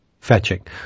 Fetching